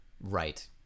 Right